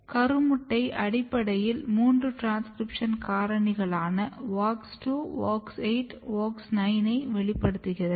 கருமுட்டை அடிப்படையில் மூன்று டிரான்ஸ்கிரிப்ஷன் காரணிகளான WOX2 WOX 8 WOX 9 ஐ வெளிப்படுத்துகிறது